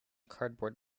cardboard